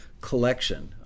collection